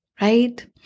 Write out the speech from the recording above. right